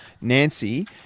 Nancy